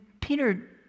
Peter